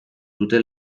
dute